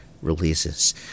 releases